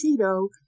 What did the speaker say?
Cheeto